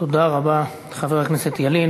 תודה רבה, חבר הכנסת ילין.